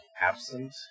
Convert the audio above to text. absent